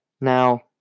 Now